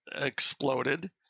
exploded